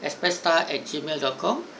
express star at Gmail dot com